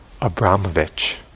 Abramovich